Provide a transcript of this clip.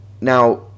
Now